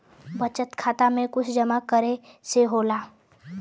बचत खाता मे कुछ जमा करे से होला?